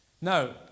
No